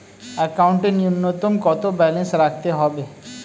একাউন্টে নূন্যতম কত ব্যালেন্স রাখতে হবে?